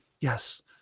Yes